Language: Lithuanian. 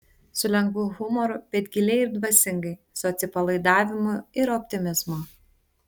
su lengvu humoru bet giliai ir dvasingai su atsipalaidavimu ir optimizmu